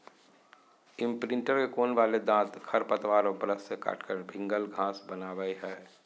imprinter के कोण वाले दांत खरपतवार और ब्रश से काटकर भिन्गल घास बनावैय हइ